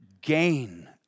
gain